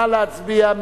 נא להצביע.